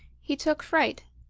he took fright,